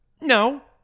No